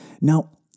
Now